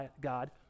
God